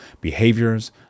behaviors